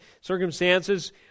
circumstances